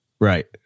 Right